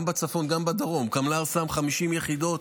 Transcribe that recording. גם בצפון וגם בדרום, קמל"ר שם 50 יחידות,